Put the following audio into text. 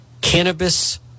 cannabis